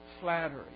flattery